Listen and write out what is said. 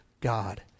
God